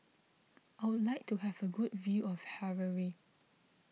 I would like to have a good view of Harare